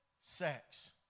sex